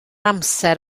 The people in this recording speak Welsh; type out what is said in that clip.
amser